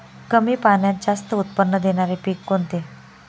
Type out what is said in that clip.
कमी पाण्यात जास्त उत्त्पन्न देणारे पीक कोणते?